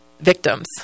victims